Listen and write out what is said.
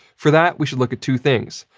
for that, we should look at two things.